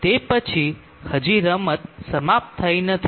તે પછી હજી રમત સમાપ્ત થઈ નથી